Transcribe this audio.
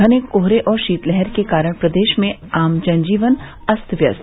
घने कोहरे और शीतलहर के कारण प्रदेश में आम जनजीवन अस्त व्यस्त